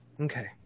Okay